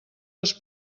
les